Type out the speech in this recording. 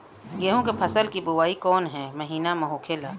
गेहूँ के फसल की बुवाई कौन हैं महीना में होखेला?